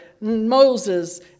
Moses